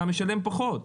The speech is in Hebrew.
אתה משלם פחות.